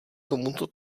tomuto